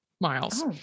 Miles